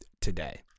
today